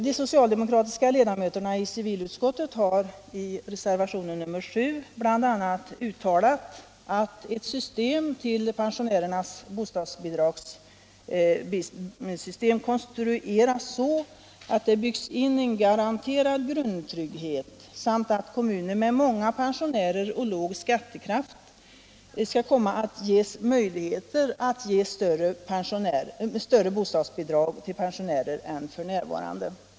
De socialdemokratiska ledamöterna av civilutskottet har i reservationen 7 bl.a. uttalat att ”ett system bör utformas så att i pensionärernas bostadsbidragssystem byggs in en garanterad grundtrygghet samt att systemet konstrueras så att kommuner med många pensionärer och låg skattekraft kommer att ges möjligheter att erbjuda högre bostadsbidrag än f. n.”.